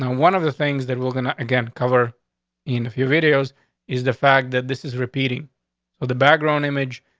one of the things that we're gonna again cover in a few videos is the fact that this is repeating of the background image.